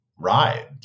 ride